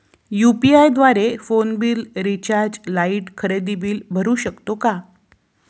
UPI द्वारे phone bill, recharge, light, खरेदी bill भरू शकतो का?